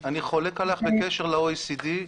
אני חולק עליך בקשר ל-OECD.